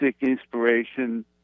inspiration